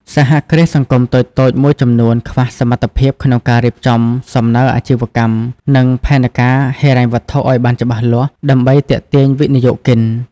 សហគ្រាសសង្គមតូចៗមួយចំនួនខ្វះសមត្ថភាពក្នុងការរៀបចំសំណើអាជីវកម្ម និងផែនការហិរញ្ញវត្ថុឱ្យបានច្បាស់លាស់ ដើម្បីទាក់ទាញវិនិយោគិន ។